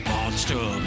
Monster